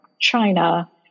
China